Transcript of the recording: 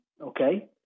Okay